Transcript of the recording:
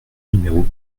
numéro